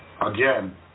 Again